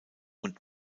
und